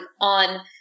on